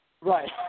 Right